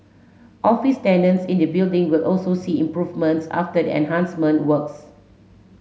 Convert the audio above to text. office tenants in the building will also see improvements after the enhancement works